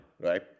right